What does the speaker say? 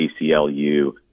ACLU